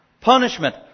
punishment